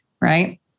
Right